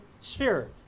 sphere